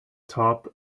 top